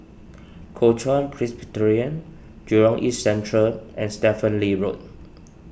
Kuo Chuan Jurong East Central and Stephen Lee Road